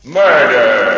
murder